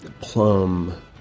plum